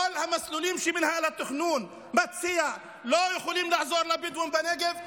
כל המסלולים שמינהל התכנון מציע לא יכולים לעזור לבדואים בנגב,